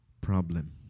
problem